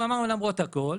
למרות הכל,